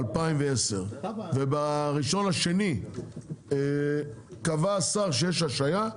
באוקטובר 2010 וב-1 בפברואר קבע השר שיש השהייה,